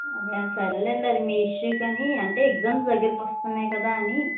అదే సర్లేండి అది మీ ఇష్యూ కానీ అంటే ఎగ్జామ్స్ దగ్గరకు వస్తున్నాయి కదా అని